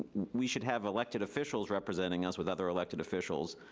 we should have elected officials representing us with other elected officials.